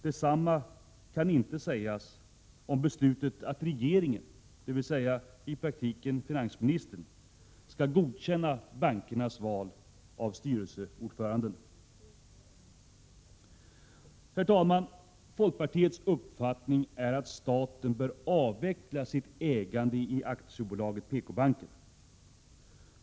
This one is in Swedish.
Detsamma kan inte sägas om beslutet att regeringen, dvs. i praktiken finansministern, skall godkänna bankernas val av styrelseordförande. Herr talman! Folkpartiets uppfattning är att staten bör avveckla sitt ägande i aktiebolaget PKbanken.